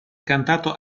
cantato